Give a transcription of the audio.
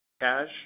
Cash